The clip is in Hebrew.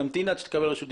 תמתין עד שתקבל רשות דיבור.